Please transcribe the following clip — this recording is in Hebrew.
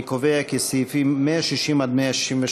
אני קובע כי סעיפים 160 163,